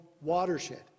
watershed